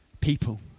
people